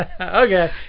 Okay